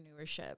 entrepreneurship